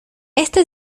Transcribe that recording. esta